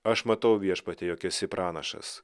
aš matau viešpatie jog esi pranašas